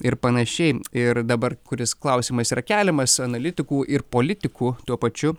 ir panašiai ir dabar kuris klausimas yra keliamas analitikų ir politikų tuo pačiu